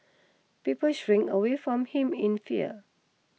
people shrink away from him in fear